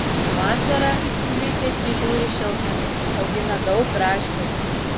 vasarą griciai prižiūri šiltnamį augina daug braškių